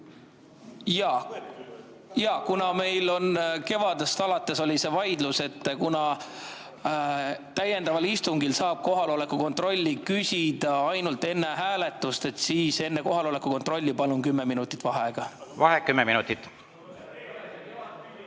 Jaa, kuna meil kevadest alates on olnud vaidlus selle üle, et täiendaval istungil saab kohaloleku kontrolli küsida ainult enne hääletust, siis enne kohaloleku kontrolli palun kümme minutit vaheaega. Vaheaeg kümme minutit.V